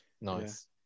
Nice